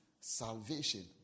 salvation